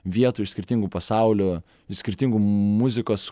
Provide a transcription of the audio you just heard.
vietų iš skirtingų pasaulių iš skirtingų muzikos